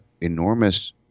enormous